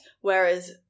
whereas